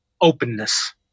openness